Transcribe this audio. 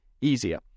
easier